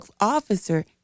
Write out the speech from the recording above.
officer